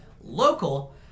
local